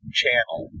channel